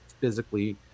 physically